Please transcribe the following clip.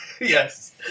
Yes